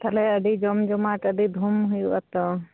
ᱛᱟᱦᱚᱞᱮ ᱟᱹᱰᱤ ᱡᱚᱢᱼᱡᱚᱢᱟᱴ ᱟᱹᱰᱤ ᱫᱷᱩᱢ ᱦᱩᱭᱩᱜᱼᱟ ᱛᱚ